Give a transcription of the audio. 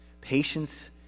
Patience